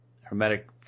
hermetic